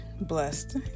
blessed